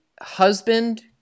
husband